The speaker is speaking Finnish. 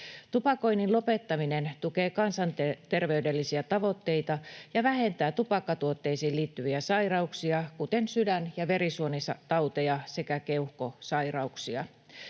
Tupakoinnin lopettaminen tukee kansanterveydellisiä tavoitteita ja vähentää tupakkatuotteisiin liittyviä sairauksia, kuten sydän- ja verisuonitauteja sekä keuhkosairauksia.